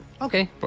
Okay